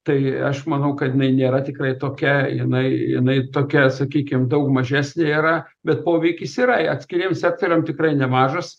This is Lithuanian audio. tai aš manau kad jinai nėra tikrai tokia jinai jinai tokia sakykim daug mažesnė yra bet poveikis yra atskiriem sektoriam tikrai nemažas